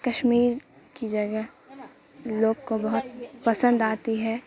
کشمیر کی جگہ لوگ کو بہت پسند آتی ہے